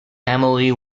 emily